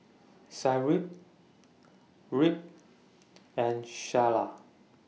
Cyril Reid and Shayla